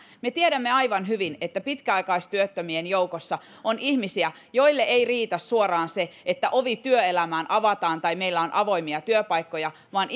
me tiedämme aivan hyvin että pitkäaikaistyöttömien joukossa on ihmisiä joille ei riitä suoraan se että ovi työelämään avataan tai että meillä on avoimia työpaikkoja vaan